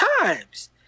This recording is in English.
times